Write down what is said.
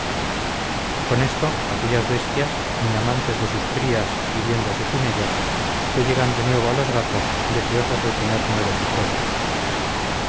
con esto aquellas bestias muy amantes de sus crías y viéndose sin ellas se llegan de nuevo a los gatos deseosas de tener nuevos hijuelos